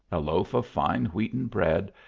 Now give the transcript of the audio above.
a loaf of fine whoaten bread,